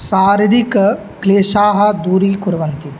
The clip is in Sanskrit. शारीरिकक्लेशाः दूरी कुर्वन्ति